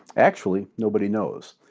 actually, nobody knows.